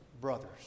brothers